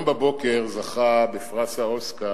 בבוקר זכה בפרס האוסקר,